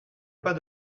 pas